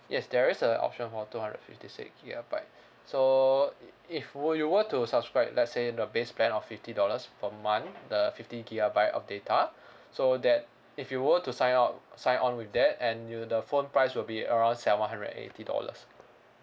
yes there is a option for two hundred and fifty six gigabyte so i~ if were you were to subscribe let's say the base plan of fifty dollars per month the fifty gigabyte of data so that if you were to sign up sign on with that and you the phone price will be around seven hundred and eighty dollars